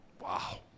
wow